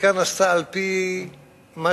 הבדיקה נעשתה על-פי מה